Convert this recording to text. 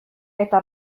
eta